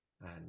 And-